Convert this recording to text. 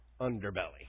underbelly